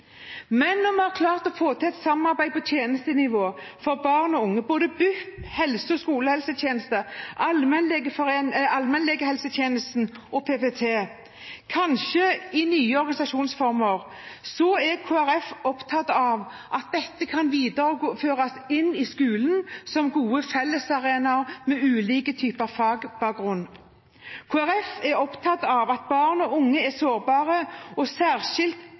Når vi har klart å få til et samarbeid på tjenestenivå for barn og unge, både BUP, skolehelsetjenesten, allmennlegehelsetjenesten og PPT, kanskje i nye organisasjonsformer, er Kristelig Folkeparti opptatt av at dette kan videreføres inn i skolen som gode fellesarenaer med ulike typer fagbakgrunn. Kristelig Folkeparti er opptatt av at barn og unge er sårbare, at de er en særskilt